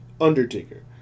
Undertaker